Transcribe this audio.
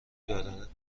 دارد